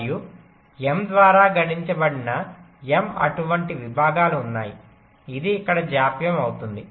మరియు m ద్వారా గుణించబడిన m అటువంటి విభాగాలు ఉన్నాయి ఇది ఇక్కడ జాప్యం అవుతుంది